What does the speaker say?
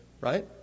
right